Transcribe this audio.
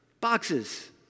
boxes